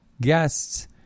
guests